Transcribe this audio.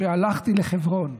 כשהלכתי לחברון.